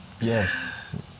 Yes